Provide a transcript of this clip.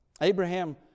Abraham